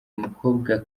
umukobwa